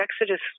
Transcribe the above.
Exodus